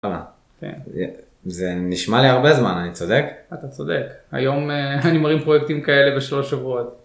זה נשמע להרבה זמן, אני צודק? אתה צודק, היום אני מרים פרויקטים כאלה בשלוש שבועות.